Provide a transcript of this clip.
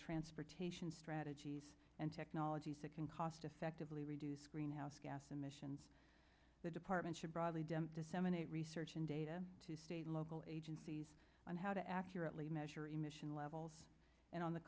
transportation strategies and technologies that can cost effectively reduce greenhouse gas emissions the department should broadly demp disseminate research and data to state and local agencies on how to accurately measure emission levels and on the